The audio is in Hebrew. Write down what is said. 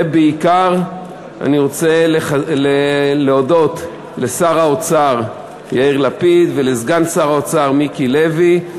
בעיקר אני רוצה להודות לשר האוצר יאיר לפיד ולסגן שר האוצר מיקי לוי,